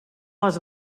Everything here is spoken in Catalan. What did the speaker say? les